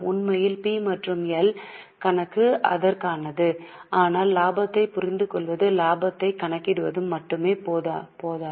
உண்மையில் பி மற்றும் எல் கணக்கு அதற்கானது ஆனால் லாபத்தை புரிந்து கொள்வது லாபத்தை கணக்கிடுவது மட்டும் போதாது